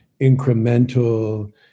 incremental